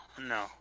no